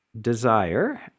desire